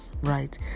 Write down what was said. right